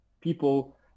people